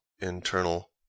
internal